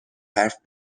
حرف